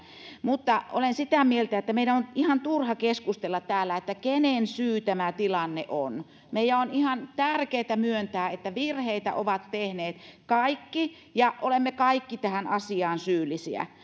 olen sitä mieltä että meidän on ihan turha keskustella täällä siitä kenen syy tämä tilanne on meidän on ihan tärkeätä myöntää että virheitä ovat tehneet kaikki ja olemme kaikki tähän asiaan syyllisiä